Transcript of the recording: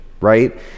right